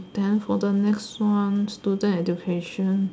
and then for the next one student education